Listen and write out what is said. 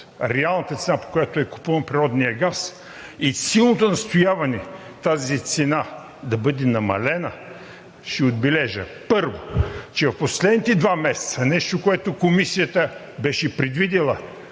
реалната цена, по която е купуван природният газ и силното настояване тази цена да бъда намалена, ще отбележа. Първо, че в последните два месеца – нещо, което Комисията беше предвидила